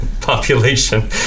population